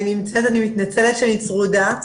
אני מתנצלת שאני צרודה.